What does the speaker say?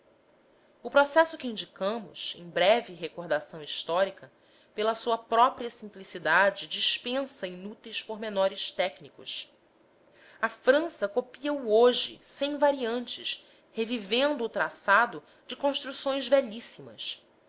o processo que indicamos em breve recordação histórica pela sua própria simplicidade dispensa inúteis pormenores técnicos a frança copia o hoje sem variantes revivendo o traçado de construções velhíssimas